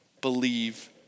believe